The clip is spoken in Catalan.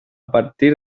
partir